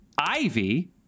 Ivy